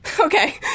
Okay